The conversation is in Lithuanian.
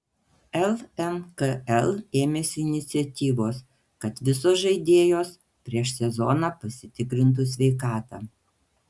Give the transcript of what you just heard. lmkl ėmėsi iniciatyvos kad visos žaidėjos prieš sezoną pasitikrintų sveikatą